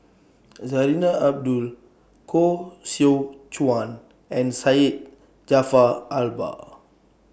Zarinah Abdullah Koh Seow Chuan and Syed Jaafar Albar